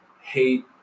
hate